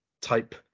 type